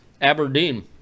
Aberdeen